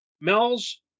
Mel's